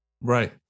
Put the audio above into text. right